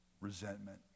resentment